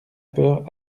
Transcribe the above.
peur